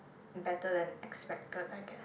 better than expected I guess